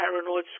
paranoid